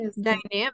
dynamic